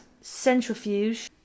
Centrifuge